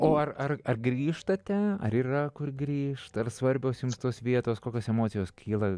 o ar ar ar grįžtate ar yra kur grįžt ar svarbios jums tos vietos kokios emocijos kyla